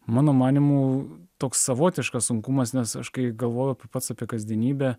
mano manymu toks savotiškas sunkumas nes aš kai galvoju pats apie kasdienybę